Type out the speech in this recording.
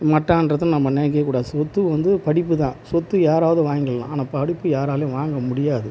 மட்டம்றது நம்ம நினைக்கவே கூடாது சொத்து வந்து படிப்பு தான் சொத்து யாராவது வாங்கிடலாம் ஆனால் படிப்பு யாராலேயும் வாங்க முடியாது